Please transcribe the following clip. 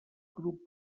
grup